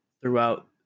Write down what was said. throughout